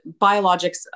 biologics